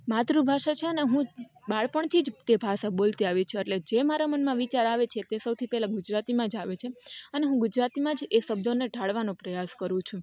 માતૃભાષા છે ને હું બાળપણથી જ તે ભાષા બોલતી આવી છું એટલે જે મારા મનમાં વિચાર આવે છે તે સૌથી પહેલાં ગુજરાતીમાં જ આવે છે અને હું ગુજરાતીમાં એ જ શબ્દને ઢાળવાનો પ્રયાસ કરું છું